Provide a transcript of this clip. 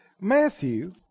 Matthew